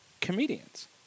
comedians